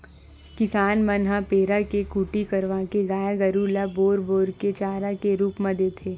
किसान मन ह पेरा के कुटी करवाके गाय गरु ल बोर बोर के चारा के रुप म देथे